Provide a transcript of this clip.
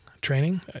training